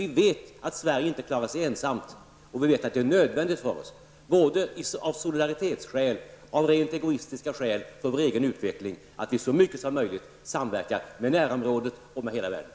Vi vet nämligen att Sverige inte klarar sig ensamt, och vi vet att det är nödvändigt för oss -- av solidaritetsskäl, av rent egoistiska skäl och för vår egen utveckling -- att vi så mycket som möjligt samverkar med närområdet och med hela världen.